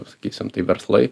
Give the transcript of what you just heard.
sakysim tai verslai